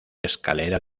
escalera